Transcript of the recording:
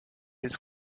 his